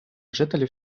жителів